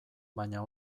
baina